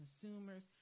consumers